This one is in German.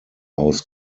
aus